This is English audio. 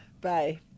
bye